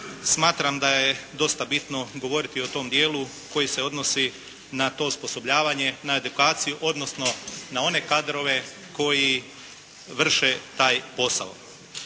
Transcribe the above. Smatram da je dosta bitno govoriti o tom dijelu koji se odnosi na to osposobljavanje, na edukaciju, odnosno na one kadrove koji vrše taj posao.